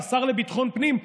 השר לביטחון הפנים,